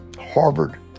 Harvard